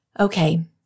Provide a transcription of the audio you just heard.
Okay